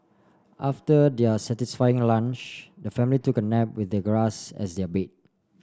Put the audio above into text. after their satisfying lunch the family took a nap with the grass as their bed